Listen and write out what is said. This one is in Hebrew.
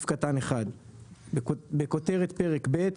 1. בכותרת פרק ב',